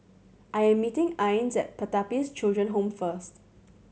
I am meeting Ines at Pertapis Children Home first